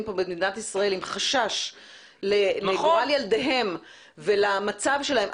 פה במדינת ישראל עם חשש לגורל ילדיהם ולמצב שלהם,